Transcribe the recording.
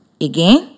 Again